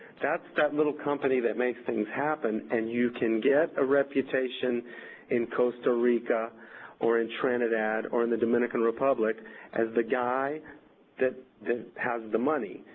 that's that little company that makes things happen, and you can get a reputation in costa rica or in trinidad or in the dominican republic as the guy that has the money.